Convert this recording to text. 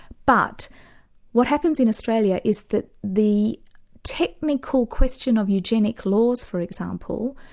but what happens in australia is that the technical question of eugenic laws for example,